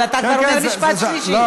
אבל אתה כבר מגיע למשפט שלישי.